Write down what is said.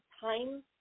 time